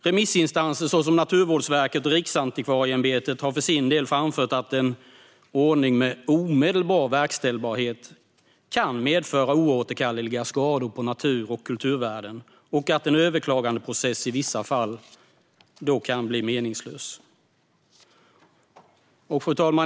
Remissinstanser såsom Naturvårdsverket och Riksantikvarieämbetet har framfört att en ordning med omedelbar verkställbarhet kan medföra oåterkalleliga skador på natur och kulturvärden och att en överklagandeprocess i vissa fall kan bli meningslös.